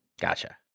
Gotcha